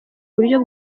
buryo